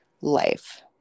life